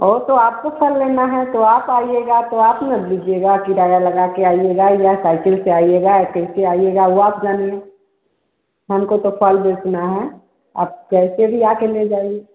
वो तो आपको फल लेना है तो आप आइएगा तो आप ले लीजिएगा किराया लगा कर आइएगा या साइकिल से आइएगा या किसी से आइएगा वो आप जाने हम को तो फल बेचना है अब कैसे भी आ कर ले जाइए